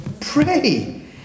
pray